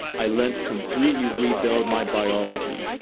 i learnt to completely rebuild my biology.